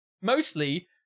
mostly